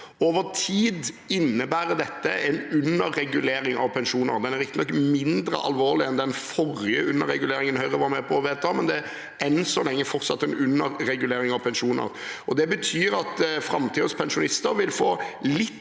Over tid innebærer dette en underregulering av pensjoner. Det er riktig nok mindre alvorlig enn den forrige underreguleringen Høyre var med på å vedta, men det er enn så lenge fortsatt en underregulering av pensjoner. Det betyr at framtidens pensjonister vil få litt